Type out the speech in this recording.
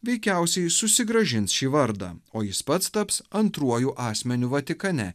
veikiausiai susigrąžins šį vardą o jis pats taps antruoju asmeniu vatikane